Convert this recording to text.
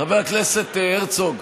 חבר הכנסת הרצוג.